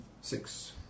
six